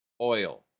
Oil